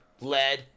lead